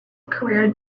career